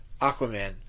Aquaman